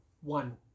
one